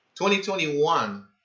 2021